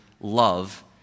love